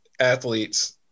athletes